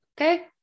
okay